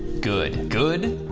good. good?